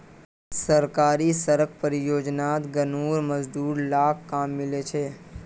सरकारी सड़क परियोजनात गांउर मजदूर लाक काम मिलील छ